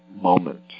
moment